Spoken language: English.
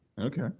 Okay